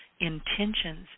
intentions